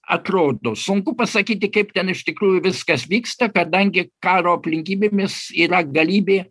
atrodo sunku pasakyti kaip ten iš tikrųjų viskas vyksta kadangi karo aplinkybėmis yra galybė